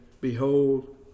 behold